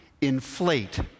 inflate